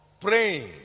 Praying